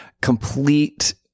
complete